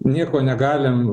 nieko negalim